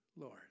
Lord